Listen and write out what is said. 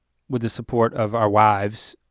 with the support of our wives,